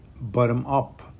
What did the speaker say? bottom-up